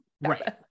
Right